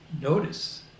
notice